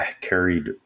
carried